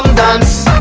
dance,